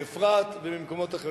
באפרת ובמקומות אחרים,